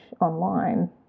online